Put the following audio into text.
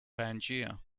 pangaea